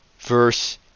verse